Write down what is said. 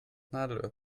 nadelöhr